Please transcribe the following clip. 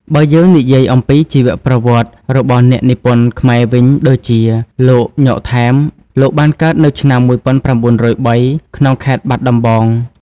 បើយើងនិយាយអំពីជីវប្រវត្តិរបស់អ្នកនិពន្ធខ្មែរវិញ ដូចជា លោក ញ៉ុក ថែម លោកបានកើតនៅឆ្នាំ ១៩០៣ ក្នុងខេត្តបាត់ដំបង។